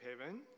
heaven